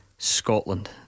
Scotland